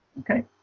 okay?